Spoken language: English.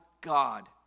God